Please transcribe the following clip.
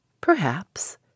Perhaps